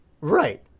Right